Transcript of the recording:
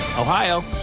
Ohio